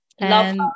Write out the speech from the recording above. Love